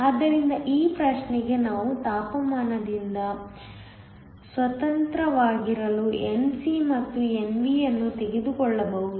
ಆದ್ದರಿಂದ ಈ ಪ್ರಶ್ನೆ ಗೆ ನಾವು ತಾಪಮಾನದಿಂದ ಸ್ವತಂತ್ರವಾಗಿರಲು Nc ಮತ್ತು Nv ಅನ್ನು ತೆಗೆದುಕೊಳ್ಳಬಹುದು